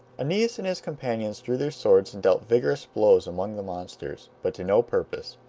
aeneas and his companions drew their swords and dealt vigorous blows among the monsters, but to no purpose,